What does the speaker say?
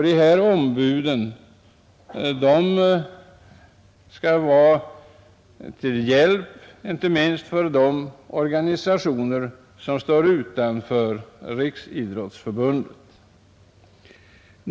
Dessa ombud skall vara till hjälp inte minst för de organisationer som står utanför Riksidrottsförbundet.